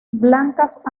blancas